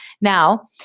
Now